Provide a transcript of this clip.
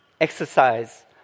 exercise